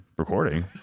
Recording